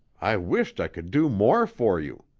i wisht i could do more for you.